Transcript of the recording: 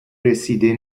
رسیده